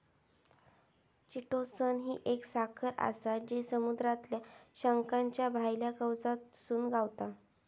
chitosan ही एक साखर आसा जी समुद्रातल्या शंखाच्या भायल्या कवचातसून गावता